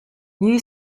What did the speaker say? new